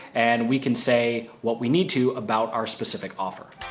and we can say what we need to about our specific offers.